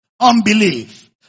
Unbelief